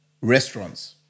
restaurants